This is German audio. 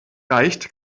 reicht